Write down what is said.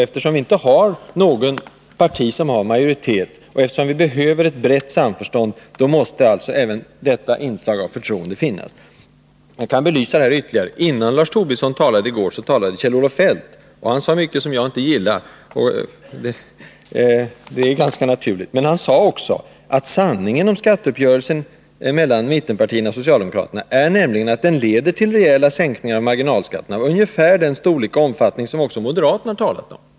Eftersom inget parti har majoritet och eftersom vi behöver ett brett samförstånd, måste även detta inslag av förtroende finnas. Jag kan belysa det här ytterligare. Innan Lars Tobisson talade i går talade Kjell-Olof Feldt. Han sade mycket som jag inte gillar — det är ganska naturligt — men han sade också att sanningen om skatteuppgörelsen mellan mittenpartierna och socialdemokraterna är att den leder till rejäla sänkningar av marginalskatterna, ungefär av den storlek och i den omfattning som också moderaterna talat om.